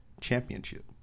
Championship